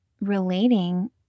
relating